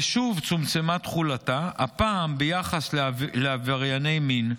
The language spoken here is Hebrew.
ושוב צומצמה תחולתה, הפעם ביחס לעברייני מין,